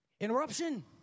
Interruption